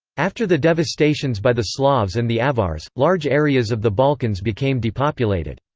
after the devastations by the slavs and the avars, large areas of the balkans became depopulated.